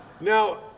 now